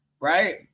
right